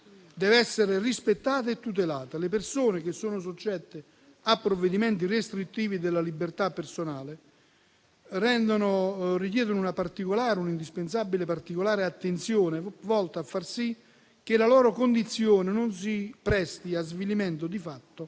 deve essere rispettata e tutelata. Le persone che sono soggette a provvedimenti restrittivi della libertà personale rendono indispensabile una particolare attenzione volta a far sì che la loro condizione non si presti a svilimenti, di fatto,